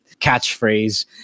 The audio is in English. catchphrase